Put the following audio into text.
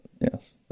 Yes